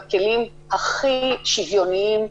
תודה.